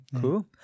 cool